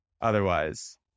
otherwise